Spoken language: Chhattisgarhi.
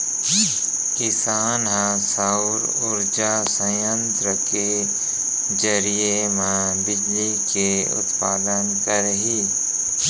किसान ह सउर उरजा संयत्र के जरिए म बिजली के उत्पादन करही